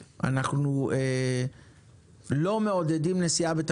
אנחנו בדיון שהוועדה יזמה וגם חבר הכנסת אוריאל בוסו יזם.